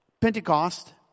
Pentecost